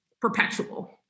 perpetual